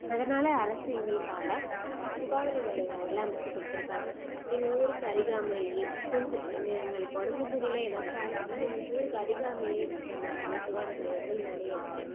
அதனால் அரசு எங்களுக்காக சுகாதார மையங்களை அமைச்சி கொடுத்துருக்காங்க எங்கள் ஊருக்கு அருகாமையில் கொஞ்சம் எங்களுக்கு உடம்பு சரியில்லை ஏதாச்சும் ஆச்சுனால் எங்கள் ஊருக்கு அருகாமையில் இருக்கிறமாதிரி சுகாதார நிலையங்கள் நிறைய இருக்குது